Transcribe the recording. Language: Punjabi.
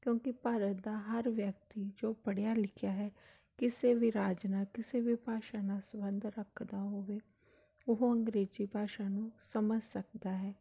ਕਿਉਂਕਿ ਭਾਰਤ ਦਾ ਹਰ ਵਿਅਕਤੀ ਜੋ ਪੜ੍ਹਿਆ ਲਿਖਿਆ ਹੈ ਕਿਸੇ ਵੀ ਰਾਜ ਨਾਲ ਕਿਸੇ ਵੀ ਭਾਸ਼ਾ ਨਾਲ ਸੰਬੰਧ ਰੱਖਦਾ ਹੋਵੇ ਉਹ ਅੰਗਰੇਜ਼ੀ ਭਾਸ਼ਾ ਨੂੰ ਸਮਝ ਸਕਦਾ ਹੈ